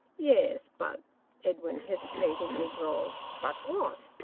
yes, but edwin hesitatingly drawled. but what?